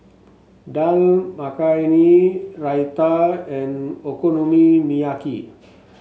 Dal Makhani Raita and Okonomiyaki